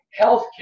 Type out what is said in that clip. healthcare